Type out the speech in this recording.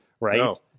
right